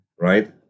right